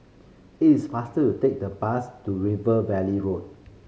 it is faster to take the bus to River Valley Road